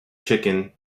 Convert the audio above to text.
chicken